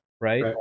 right